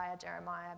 Jeremiah